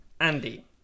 Andy